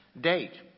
date